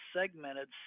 segmented